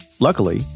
Luckily